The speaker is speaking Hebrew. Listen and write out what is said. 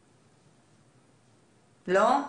בבקשה.